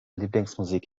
lieblingsmusik